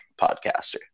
podcaster